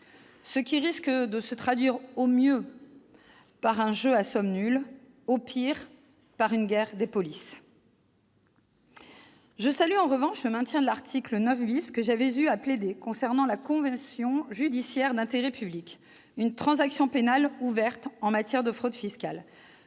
Cela risque de se traduire, au mieux, par un jeu à somme nulle, au pire, par une guerre des polices. Je salue en revanche le maintien de l'article 9 que j'avais défendu. Il concerne la convention judiciaire d'intérêt public, une « transaction pénale » ouverte en matière de fraude fiscale.